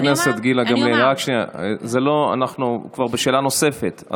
חברת הכנסת גילה גמליאל, אנחנו כבר בשאלה נוספת.